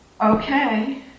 Okay